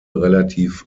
relativ